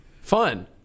fun